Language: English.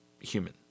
human